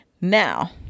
Now